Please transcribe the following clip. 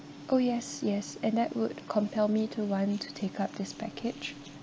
oh yes yes and that would compel me to want to take up this package